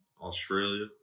Australia